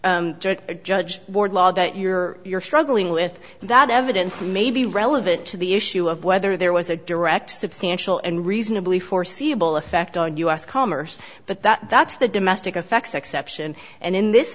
evidence judge wardlaw that your you're struggling with that evidence may be relevant to the issue of whether there was a direct substantial and reasonably foreseeable effect on u s commerce but that that's the domestic effects exception and in this